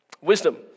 Wisdom